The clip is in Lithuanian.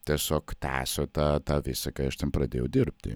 tiesiog tęsiau tą visą kai aš ten pradėjau dirbti